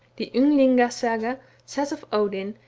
the ynglinga saga says of odin,